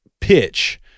pitch